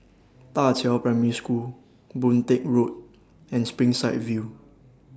DA Qiao Primary School Boon Teck Road and Springside View